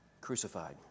crucified